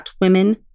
women